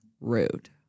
Rude